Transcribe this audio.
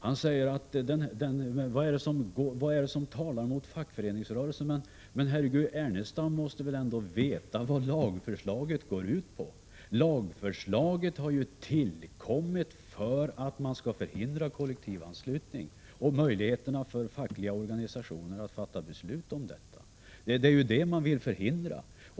Vad är det som talar mot fackföreningsrörelsen, frågar han. Men Lars Ernestam måste väl ändå veta vad lagförslaget går ut på. Lagförslaget har tillkommit för att man skall förhindra kollektivanslutning och möjligheterna för fackliga organisationer att fatta beslut om detta. Det är ju det man vill förhindra.